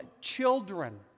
children